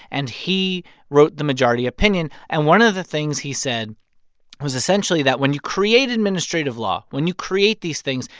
and he wrote the majority opinion. and one of the things he said was essentially that when you create administrative law, when you create these things,